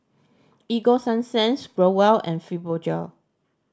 Ego Sunsense Growell and Fibogel